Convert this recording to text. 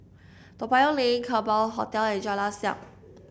Toa Payoh Lane Kerbau Hotel and Jalan Siap